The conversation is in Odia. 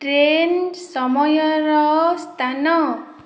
ଟ୍ରେନ୍ ସମୟର ସ୍ଥାନ